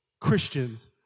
Christians